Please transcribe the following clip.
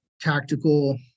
tactical